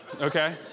okay